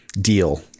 Deal